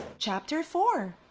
chapter four